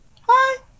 hi